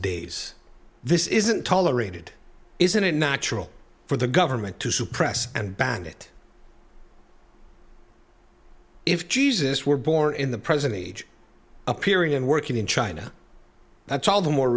days this isn't tolerated isn't it natural for the government to suppress and ban it if jesus were born in the present age a period working in china that's all the more